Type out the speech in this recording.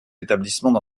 établissements